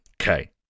Okay